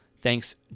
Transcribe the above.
Thanks